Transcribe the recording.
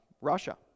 Russia